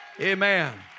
Amen